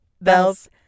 bells